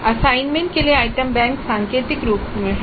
assignment के लिए item bank सांकेतिक रूप में है